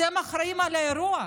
אתם אחראים לאירוע,